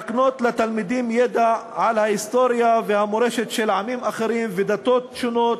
להקנות לתלמידים ידע על ההיסטוריה והמורשת של עמים אחרים ודתות שונות,